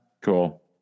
Cool